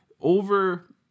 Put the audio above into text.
Over